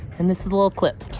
and this is the little clip.